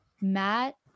Matt